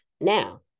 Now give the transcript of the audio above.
now